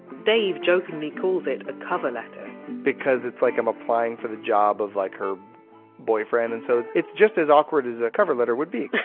dave jokingly calls it a cover letter because it's like i'm applying for the job of like her boyfriend and so it's just as awkward as a cover letter would be